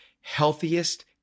healthiest